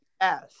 yes